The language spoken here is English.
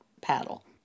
paddle